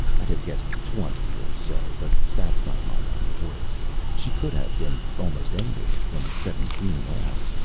i'd have guessed twenty or so, but that's not my line of work she could have been almost any age from seventeen on.